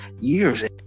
years